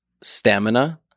stamina